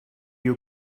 you